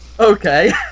Okay